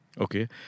okay